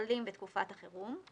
וחלים בתקופת החירום,